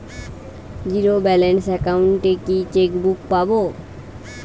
Zero balance account এ কি chequebook পাব?